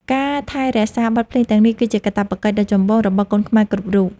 ការថែរក្សាបទភ្លេងទាំងនេះ គឺជាកាតព្វកិច្ចដ៏ចម្បងរបស់កូនខ្មែរគ្រប់រូប។